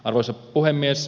arvoisa puhemies